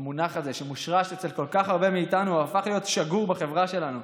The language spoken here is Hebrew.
המונח הזה שמושרש אצל כל כך הרבה מאיתנו והפך להיות שגור בחברה שלנו.